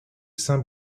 saint